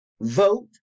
vote